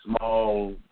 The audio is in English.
small